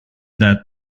that